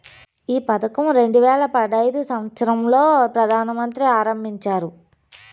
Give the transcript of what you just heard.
ఈ పథకం రెండు వేల పడైదు సంవచ్చరం లో ప్రధాన మంత్రి ఆరంభించారు